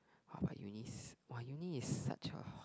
ah but unis !wah! uni is such a